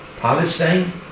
Palestine